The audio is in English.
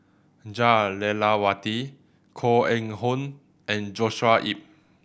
Jah Lelawati Koh Eng Hoon and Joshua Ip